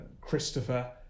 Christopher